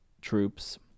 troops